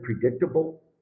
predictable